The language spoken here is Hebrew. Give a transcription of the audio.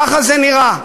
ככה זה נראה.